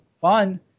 fun